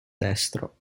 destro